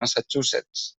massachusetts